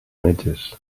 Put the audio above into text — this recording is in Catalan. metges